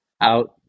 out